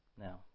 Now